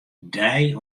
dei